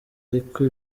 ariko